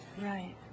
Right